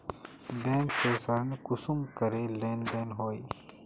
Bank से ऋण कुंसम करे लेन देन होए?